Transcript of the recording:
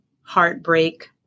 heartbreak